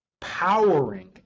powering